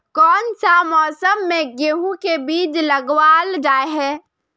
कोन सा मौसम में गेंहू के बीज लगावल जाय है